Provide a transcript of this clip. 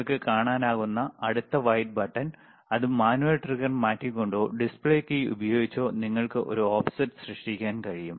നിങ്ങൾക്ക് കാണാനാകുന്ന അടുത്ത വൈറ്റ് ബട്ടൺ അത് മാനുവൽ ട്രിഗ്ഗർ മാറ്റിക്കൊണ്ടോ ഡിസ്പ്ലേ കീ ഉപയോഗിച്ചോ നിങ്ങൾക്ക് ഒരു ഓഫ്സെറ്റ് സൃഷ്ടിക്കാൻ കഴിയും